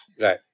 Right